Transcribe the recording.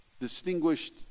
Distinguished